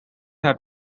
have